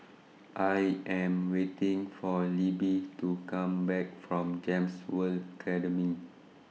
I Am waiting For Libbie to Come Back from Gems World Academy